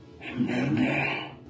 Remember